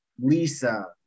Lisa